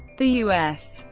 the u s.